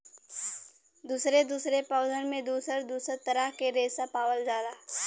दुसरे दुसरे पौधन में दुसर दुसर तरह के रेसा पावल जाला